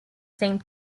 same